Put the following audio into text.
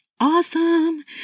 Awesome